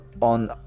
on